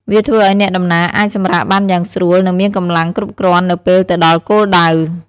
វាធ្វើឱ្យអ្នកដំណើរអាចសម្រាកបានយ៉ាងស្រួលនិងមានកម្លាំងគ្រប់គ្រាន់នៅពេលទៅដល់គោលដៅ។